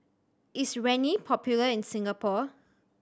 is Rene popular in Singapore